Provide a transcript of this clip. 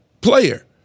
player